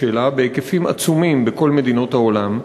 שלה בהיקפים עצומים בכל מדינות העולם.